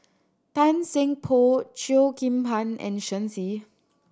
Tan Seng Poh Cheo Kim Ban and Shen Xi